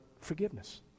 forgiveness